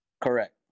Correct